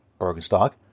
Bergenstock